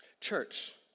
Church